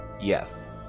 Yes